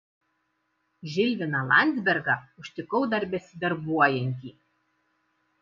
žilviną landzbergą užtikau dar besidarbuojantį